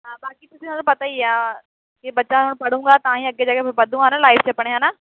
ਹਾਂ ਬਾਕੀ ਤੁਸੀਂ ਤੁਹਾਨੂੰ ਪਤਾ ਹੀ ਆ ਕਿ ਬੱਚਾ ਹੁਣ ਪੜ੍ਹੇਗਾ ਤਾਂ ਹੀ ਅੱਗੇ ਜਾ ਕੇ ਫਿਰ ਵਧੂਗਾ ਨਾ ਲਾਈਫ਼ 'ਚ ਆਪਣੇ ਹੈ ਨਾ